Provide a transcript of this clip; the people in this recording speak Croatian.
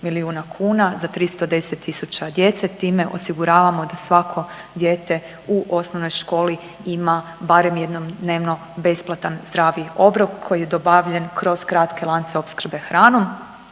za 310 tisuća djece, time osiguravamo da svako dijete u osnovnoj školi ima barem jednom dnevno besplatan zdravi obrok koji je dobavljen kroz kratke lance opskrbe hranom